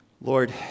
Lord